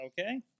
Okay